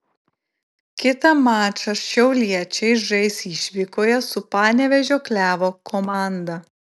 kitą mačą šiauliečiai žais išvykoje su panevėžio klevo komanda